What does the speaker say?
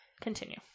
continue